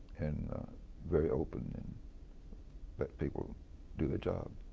and very open, and let people do their job.